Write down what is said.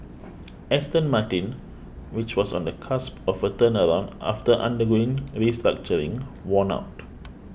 Aston Martin which was on the cusp of a turnaround after undergoing restructuring won out